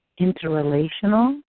interrelational